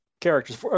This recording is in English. characters